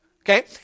Okay